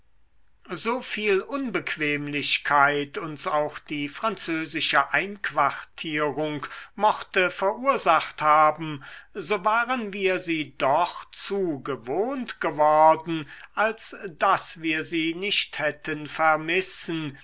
so viel unbequemlichkeit uns auch die französische einquartierung mochte verursacht haben so waren wir sie doch zu gewohnt geworden als daß wir sie nicht hätten vermissen